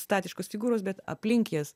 statiškos figūros bet aplink jas